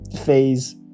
phase